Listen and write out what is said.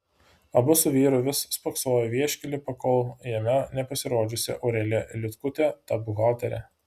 abu su vyru vis spoksoję į vieškelį pakol jame nepasirodžiusi aurelija liutkutė ta buhalterė